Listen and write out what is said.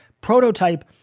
prototype